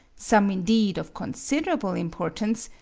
some indeed of considerable importance,